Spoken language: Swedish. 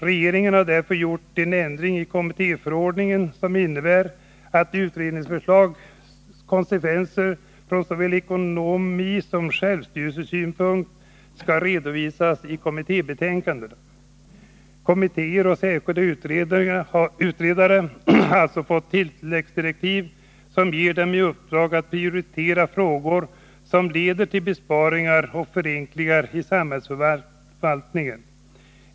Regeringen har därför gjort en ändring i kommittéförordningen som innebär att ett utredningsförslags konsekvenser från såväl ekonomisom självstyrelsesynpunkt skall redovisas i kommitténs betänkande. Kommittéer och särskilda utredare har också fått tilläggsdirektiv som ger dem i uppdrag att prioritera frågor som leder till besparingar och förenklingar i samhällsförvaltningen.